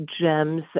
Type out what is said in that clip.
gems